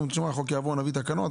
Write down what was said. אומרים: "החוק יעבור ואז נביא תקנות",